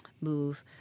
move